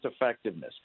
effectiveness